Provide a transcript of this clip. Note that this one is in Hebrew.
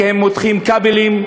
כי הם מותחים כבלים,